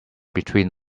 between